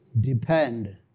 Depend